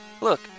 Look